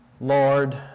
Lord